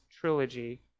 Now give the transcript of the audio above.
trilogy